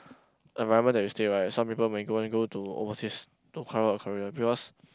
environment that you stay right some people may go then go to overseas to carve out their career because